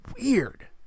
weird